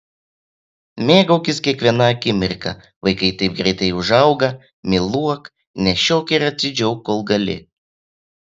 mėgaukis kiekviena akimirka vaikai taip greitai užauga myluok nešiok ir atsidžiauk kol gali